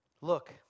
Look